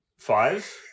Five